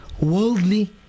worldly